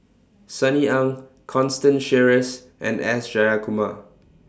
Sunny Ang Constance Sheares and S Jayakumar